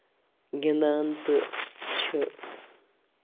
گِندان تہٕ چھِ